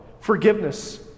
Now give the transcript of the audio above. forgiveness